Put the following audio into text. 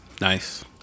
Nice